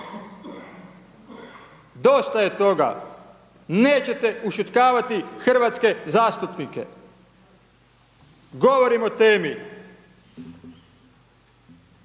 Dosta je toga, nećete ušutkavati hrvatske zastupnike, govorim o temi.